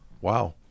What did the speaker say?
Wow